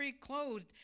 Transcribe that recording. clothed